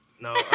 No